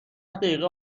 دقیقه